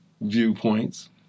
viewpoints